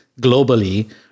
globally